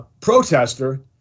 protester